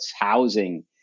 housing